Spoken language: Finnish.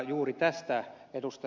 juuri tästä ed